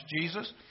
Jesus